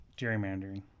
Gerrymandering